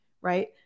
Right